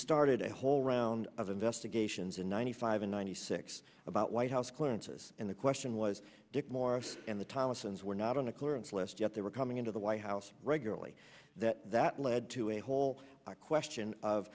started a whole round of investigations in ninety five and ninety six about white house clearances and the question was dick morris and the thompsons were not on a clearance list yet they were coming into the white house regularly that that led to a whole question of